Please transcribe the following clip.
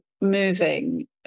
moving